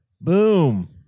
Boom